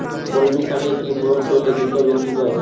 কলমি শাকে কি প্রয়োগ করলে দ্রুত বৃদ্ধি পায়?